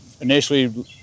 initially